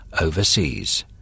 overseas